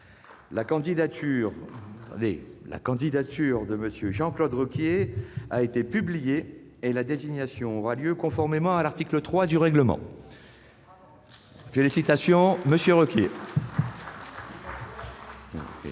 La candidature de M. Jean Claude Requier a été publiée et la désignation aura lieu conformément à l'article 3 du règlement. Mes chers collègues, il m'est particulièrement